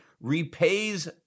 repays